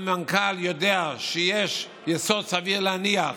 המנכ"ל יודע שיש יסוד סביר להניח